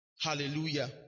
Hallelujah